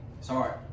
Sorry